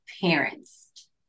parents